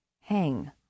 hang